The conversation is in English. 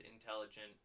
intelligent